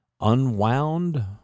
unwound